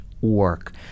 work